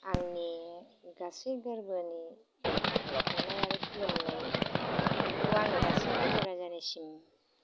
आंनि गासै गोरबोनि अननाय आरो खुलुमनायखौ आङो गासै रायजो राजानिसिम